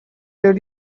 did